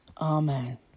Amen